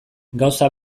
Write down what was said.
gauza